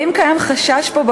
האם קיים חשש פה,